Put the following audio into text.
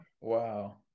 Wow